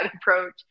approach